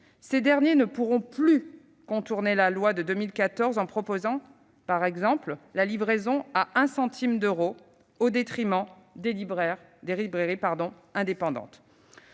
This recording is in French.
ces derniers ne pourront plus contourner la loi de 2014 en proposant, par exemple, la livraison à 1 centime d'euro, au détriment des librairies indépendantes.